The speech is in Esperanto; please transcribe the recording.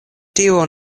tio